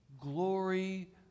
glory